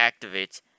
activates